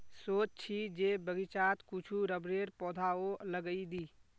सोच छि जे बगीचात कुछू रबरेर पौधाओ लगइ दी